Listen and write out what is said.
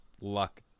luck